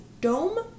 dome